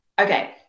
okay